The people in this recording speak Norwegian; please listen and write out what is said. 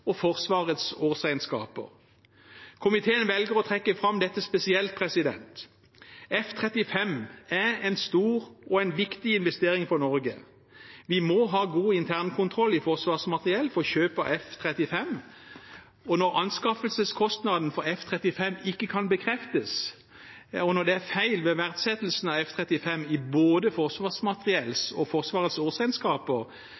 og Forsvarets årsregnskaper. Komiteen velger å trekke fram dette spesielt. F-35 kampfly er en stor og viktig investering for Norge. Vi må ha god internkontroll i Forsvarsmateriell for kjøp av F-35. Når anskaffelseskostnaden for F-35 ikke kan bekreftes, og når det er feil ved verdsettelsen av F-35 i både